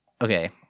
Okay